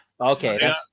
Okay